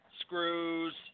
screws